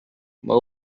but